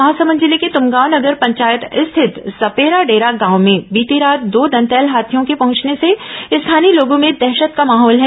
महासमंद जिले के तमगांव नगर पंचायत स्थित सपेराडेरा गांव में बीती रात दो दंतैल हाथियों के पहंचने से स्थानीय लोगों में दहशत का मौहाल है